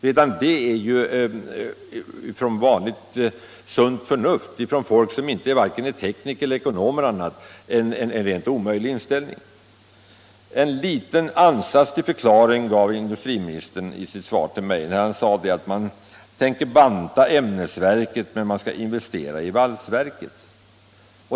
Redan det är ju, bedömt med vanligt sunt förnuft av människor som inte är vare sig tekniker eller ekonomer eller något annat, en rent omöjlig inställning. En liten ansats till förklaring gav industriministern i sitt svar till mig, när han sade att man tänker banta ned ämnesverket men att man skall investera i valsverket.